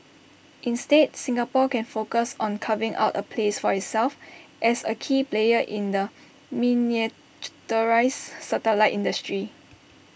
instead Singapore can focus on carving out A place for itself as A key player in the miniaturised satellite industry